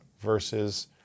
versus